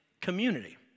community